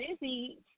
busy